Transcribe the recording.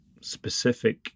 specific